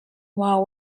while